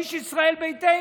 איש ישראל ביתנו,